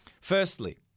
Firstly